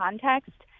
context